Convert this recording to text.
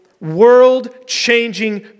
world-changing